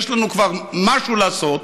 יש לנו כבר משהו לעשות,